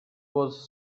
was